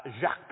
Jacques